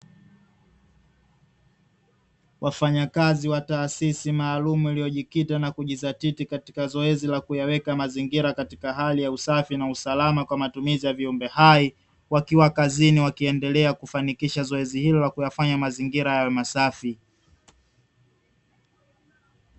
Wafanyakazi wa taasisi maalumu, iliyojikita na kujizatiti katika zoezi la kuyaweka mazingira katika hali ya usafi na usalama kwa matumizi ya viumbe hai, wakiwa kazini wakiendelea kufanikisha zoezi hilo la kuyafanya mazingira yawe masafi.